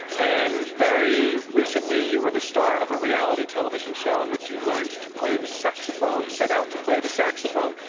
and very recently you were the star of a reality television show in which you learned to play the saxophone set out to play the saxophone.